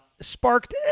sparked